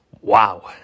wow